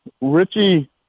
Richie